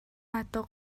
адуу